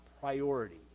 priority